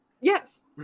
Yes